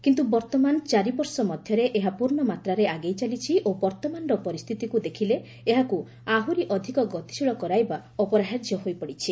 କିନ୍ତୁ ବର୍ତ୍ତମାନ ଚାରିବର୍ଷ ମଧ୍ୟରେ ଏହା ପୂର୍ଣ୍ଣମାତ୍ରାରେ ଆଗେଇଚାଲିଛି ଓ ବର୍ତ୍ତମାନର ପରିସ୍ଥିତିକୁ ଦେଖିଲେ ଏହାକୁ ଆହୁରି ଅଧିକ ଗତିଶୀଳ କରାଇବା ଅପରିହାଯ୍ୟ ହୋଇପଡ଼ିଛି